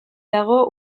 dago